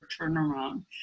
turnaround